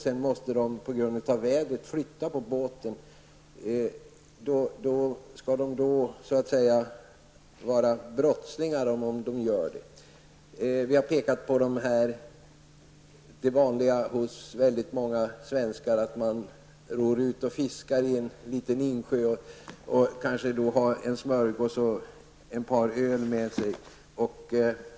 Sedan måste familjen på grund av vädret flytta båten. Skall man betraktas som brottsling om man i ett sådant fall har tvingats flytta båten. Vidare har vi pekat på det vanliga fallet att många svenskar ror ut och fiskar i en liten insjö och kanske har smörgås och ett par öl med sig.